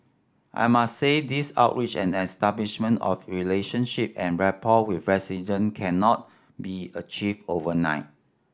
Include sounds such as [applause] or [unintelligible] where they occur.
I must say these outreach and establishment of relationship and rapport with [unintelligible] cannot be achieved overnight